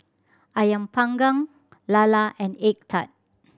Ayam Panggang lala and egg tart